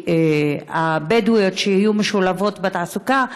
שיהיו משולבות בתעסוקה,